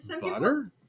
Butter